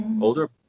Older